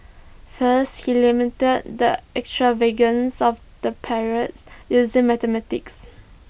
first he lamented the extravagance of the parades using mathematics